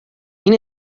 این